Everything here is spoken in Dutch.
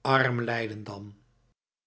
arm leiden dan